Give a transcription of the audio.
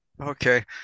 okay